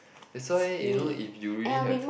that's why you know if you really have